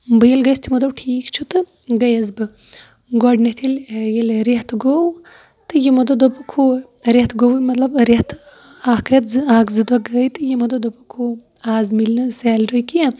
بہٕ ییٚلہِ گٔیَس تِمو دوٚپ ٹھیٖک چھُ تہٕ گٔیَس بہٕ گۄڈٕنیٚتھ ییٚلہِ ییٚلہِ رٮ۪تھ گوٚو تہٕ یِمو دوٚپ دوٚپُکھ ہُہ رٮ۪تھ گوٚو مطلب رٮ۪تھ اکھ رٮ۪تھ اکھ زٕ دۄہ گٔے تہٕ یِمو دوٚپ دوٚپُکھ ہُہ آز مِلہِ نہٕ سیلری کیٚنہہ